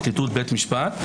פרקליטות ובית משפט.